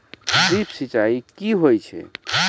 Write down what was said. Drip सिंचाई कि होय छै?